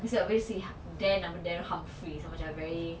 because you always see their dan and humphrey so it's like very